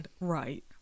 Right